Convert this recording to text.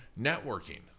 Networking